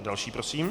Další prosím?